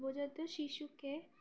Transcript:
নবজাত শিশুকে